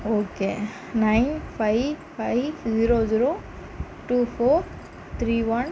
okay nine five five zero zero two four three one